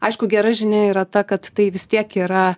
aišku gera žinia yra ta kad tai vis tiek yra